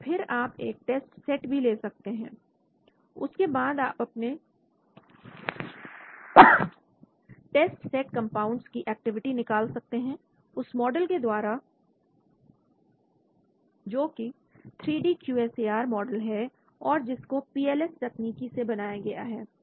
और फिर आप एक टेस्ट सेट भी ले सकते हैं और उसके बाद आप उसके टेस्ट सेट कंपाउंड्स की एक्टिविटी निकाल सकते हैं उस मॉडल के द्वारा जो कि three D Q S A R model है और जिसको PLS तकनीकी से बनाया गया है